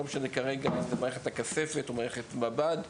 לא משנה כרגע אם זה מערכת הכספת או מערכת מב"ד.